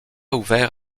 ouvert